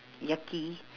yucky